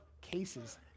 cases